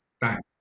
thanks